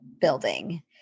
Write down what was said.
building